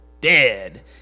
dead